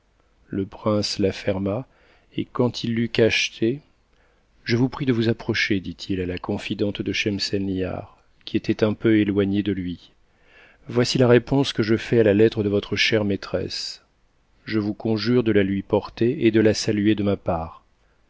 le prince la ferma et quand il l'eut cachetée je vous prie de vous approcher dit-il à la conndente de schemselnihar qui était un peu éloignée de lui voici la réponse que je fais à la lettre de votre chère maîtresse je vous conjure de la lui porter et de la saluer de ma part